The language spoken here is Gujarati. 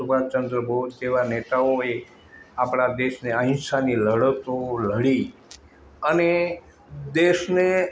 સુભાષચંદ્ર બોઝ જેવા નેતાઓએ આપણા દેશને અહિંસાની લડતો લડી અને દેશને